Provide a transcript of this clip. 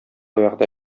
вәгъдә